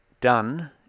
done